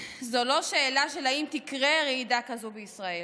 זו לא שאלה של האם תקרה רעידה כזו בישראל,